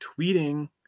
tweeting